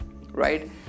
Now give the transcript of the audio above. Right